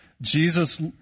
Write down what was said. Jesus